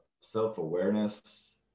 self-awareness